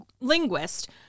linguist